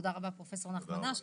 תודה רבה, פרופסור נחמן אש.